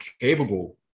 capable